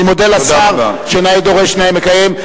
אני מודה לשר שנאה דורש ונאה מקיים.